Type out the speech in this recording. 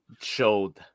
showed –